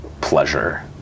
pleasure